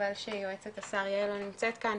חבל שיועצת השר יעל לא נמצא כאן,